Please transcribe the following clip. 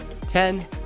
ten